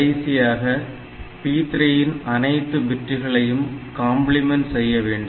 கடைசியாக P3 இன் அனைத்து பிட்டுகளையும் காம்ப்ளிமென்ட் செய்யப்படவேண்டும்